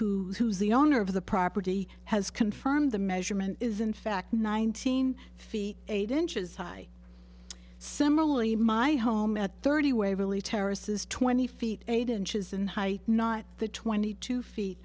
who who is the owner of the property has confirmed the measurement is in fact nineteen feet eight inches high similarly my home at thirty waverly terraces twenty feet eight inches in height not the twenty two feet